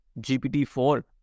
GPT-4